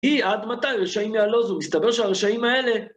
היא, עד מתי רשעים יעלוזו? מסתבר שהרשעים האלה...